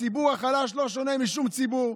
הציבור החלש לא שונה משום ציבור.